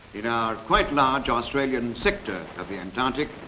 in our quite large australian sector of the antarctic,